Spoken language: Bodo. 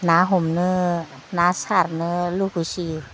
ना हमनो ना सारनो लुगैसोयो